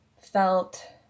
felt